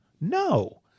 No